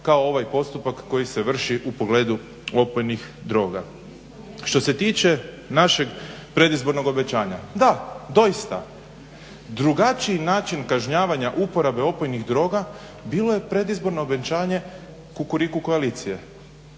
kao ovaj postupak koji se vrši u pogledu opojnih droga. Što se tiče našeg predizbornog obećanja, da doista drugačiji način kažnjavanja uporabe opojnih droga bilo je predizborno obećanje Kukuriku koalicije,